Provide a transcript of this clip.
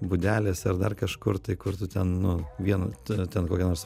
būdelėse ar dar kažkur tai kur tu ten nu viena ten kokia nors